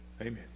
amen